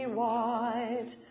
white